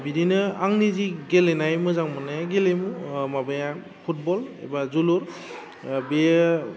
बिदिनो आंनि जि गेलेनाय मोजां मोन्नाय गेलेमु माबाया फुटबल एबा जोलुर बेयो